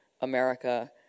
America